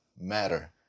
matter